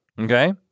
okay